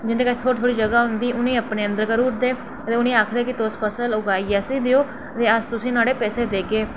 जिंदे कश थोह्ड़ी थोह्ड़ी जगह् होंदी उ'नें अपनी अदे उ'नें आखदे कि तुस फसल उगाइयै अस तुसेंई नुआढ़े पैसे देगे